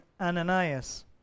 Ananias